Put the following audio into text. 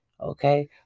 okay